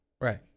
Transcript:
Right